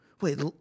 Wait